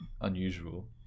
unusual